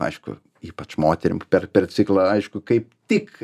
aišku ypač moterim per per ciklą aišku kaip tik